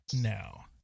now